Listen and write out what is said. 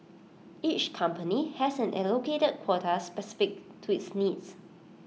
each company has an allocated quota specific to its needs